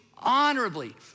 honorably